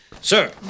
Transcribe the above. sir